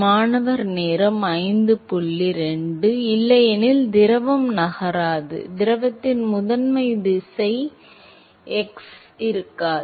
மாணவர் இல்லையெனில் திரவம் நகராது திரவத்தின் முதன்மை திசை x திசையில் இருக்காது